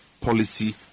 policy